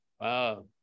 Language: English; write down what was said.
wow